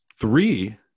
Three